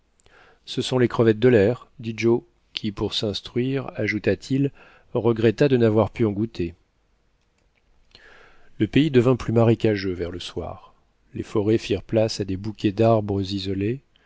ce sont les crevettes de l'air dit joe qui pour s'instruire ajouta-t-il regretta de n'avoir pu en goûter le pays devint plus marécageux vers le soir les forêts firent place des bouquets d'arbres isolés